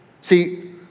See